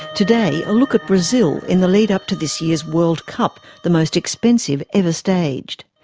today, a look at brazil in the lead-up to this year's world cup, the most expensive ever staged.